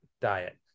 diet